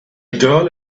girl